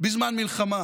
בזמן מלחמה.